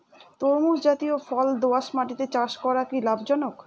তরমুজ জাতিয় ফল দোঁয়াশ মাটিতে চাষ করা কি লাভজনক?